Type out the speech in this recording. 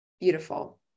Beautiful